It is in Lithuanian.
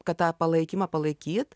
kad tą palaikymą palaikyt